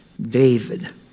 David